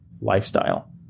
lifestyle